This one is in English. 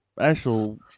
actual